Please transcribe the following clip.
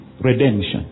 redemption